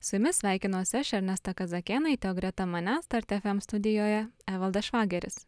su jumis sveikinuosi aš ernesta kazakėnaitė o greta manęs start fm studijoje evaldas švageris